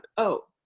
oh,